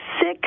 sick